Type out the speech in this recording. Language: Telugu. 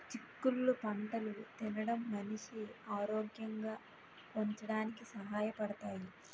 చిక్కుళ్ళు పంటలు తినడం మనిషి ఆరోగ్యంగా ఉంచడానికి సహాయ పడతాయి